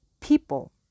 people